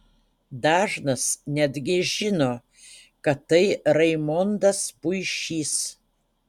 dažnas netgi žino kad tai raimondas puišys